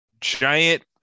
giant